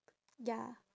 ya